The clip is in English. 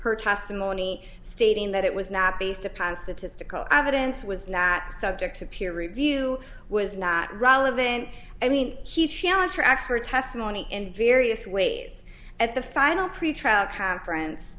her testimony stating that it was not based upon statistical evidence was not subject to peer review was not relevant i mean he she has her expert testimony in various ways at the final pretrial conference